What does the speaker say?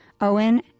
Owen